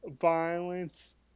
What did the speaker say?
violence